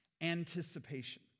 anticipation